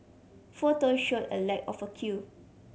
photo showed a lack of a queue